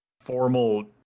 formal